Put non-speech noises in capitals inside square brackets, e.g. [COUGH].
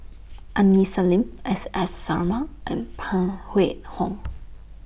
Aini Salim S S Sarma and Phan [UNINTELLIGIBLE] Hong